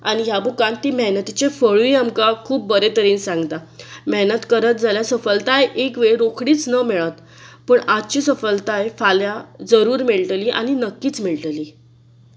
आनी ह्या बुकांत ती मेहनतीचें फळूय आमकां खूब बरे तरेन सांगता मेहनत करत जाल्यार सफलताय एक वेळ रोखडीच ना मेळत पूण आयची सफलताय फाल्यां जरूर मेळटली आनी नक्कीच मेळटली